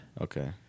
Okay